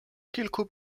kilku